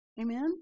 Amen